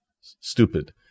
stupid